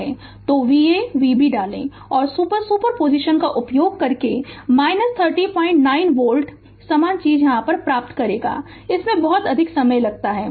तो Va Vb डालें और सुपर सुपर पोजीशन का उपयोग करके 309 वोल्ट समान चीज़ प्राप्त करेगा इसमें बहुत समय लगता है